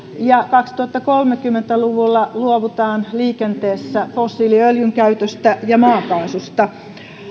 ja kaksituhattakolmekymmentä luvulla luovutaan liikenteessä fossiiliöljyn käytöstä ja maakaasusta